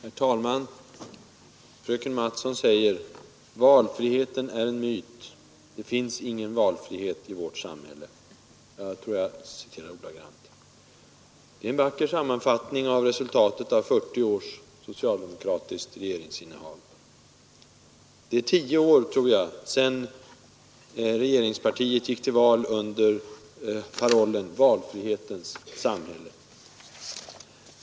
Herr talman! Fröken Mattson säger: ”Valfriheten är en myt. Det finns ingen valfrihet i vårt samhälle.” — Jag tror att jag citerar ordagrant. Det är en vacker sammanfattning av resultatet av 40 års socialdemokratiskt regeringsinnehav. Det är tio år, tror jag, sedan regeringspartiet gick till val under parollen Valfrihetens samhälle.